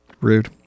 Rude